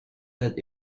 that